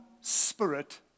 spirit